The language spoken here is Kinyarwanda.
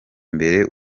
imbere